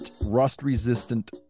rust-resistant